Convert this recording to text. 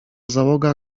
załoga